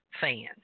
fan